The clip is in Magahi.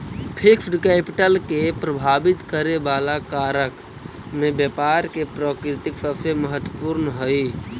फिक्स्ड कैपिटल के प्रभावित करे वाला कारक में व्यापार के प्रकृति सबसे महत्वपूर्ण हई